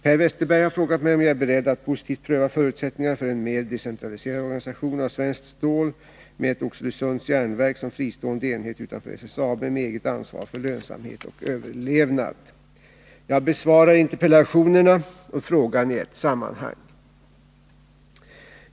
Per Westerberg har frågat mig om jag är beredd att positivt pröva förutsättningarna för en mer decentraliserad organisation av Svenskt Stål med ett Oxelösunds Järnverk som fristående enhet utanför SSAB med eget ansvar för lönsamhet och överlevnad. Jag besvarar interpellationerna och frågan i ett sammanhang.